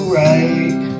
right